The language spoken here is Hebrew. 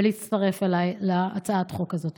ולהצטרף אליי להצעת החוק הזאת.